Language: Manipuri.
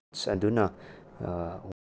ꯖ꯭ꯁ ꯑꯗꯨꯅ